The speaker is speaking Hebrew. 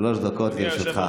שלוש דקות לרשותך.